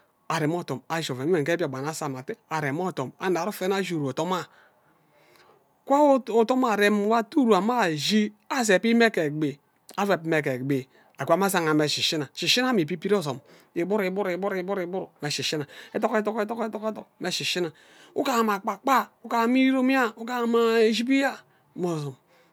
Arem odom ashi ove mme nge mbiakpan asa mma arem odom ashi oven anald uven ashi uru odom arh wan arem moo ate uru ame ashi azeb mme ke egbi azeb mme ke egbi akwam azanga mme shishina shishina amie ibibire ozom igburu igburu mme shishina ethok ethok ethok mme shishin n ugima mma akpa kpa ugam mme irom ugam ma ishib inya mme